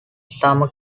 summer